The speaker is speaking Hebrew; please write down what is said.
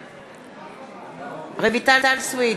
בעד רויטל סויד,